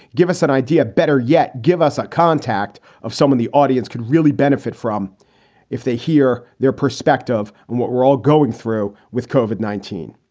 give us an idea. better yet, give us a contact of someone the audience could really benefit from if they hear their perspective on what we're all going through with covered nineteen.